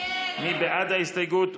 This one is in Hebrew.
מי בעד ההסתייגות?